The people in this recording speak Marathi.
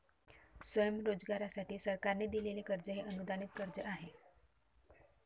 स्वयंरोजगारासाठी सरकारने दिलेले कर्ज हे अनुदानित कर्ज आहे